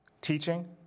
teaching